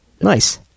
Nice